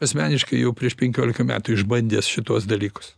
asmeniškai jau prieš penkiolika metų išbandęs šituos dalykus